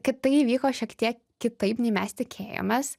kad tai įvyko šiek tiek kitaip nei mes tikėjomės